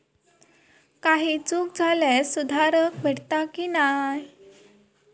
काही चूक झाल्यास सुधारक भेटता की नाय?